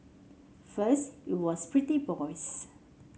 first it was pretty boys